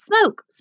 smoke